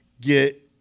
get